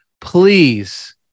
Please